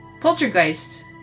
Poltergeist